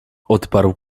odparł